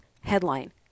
headline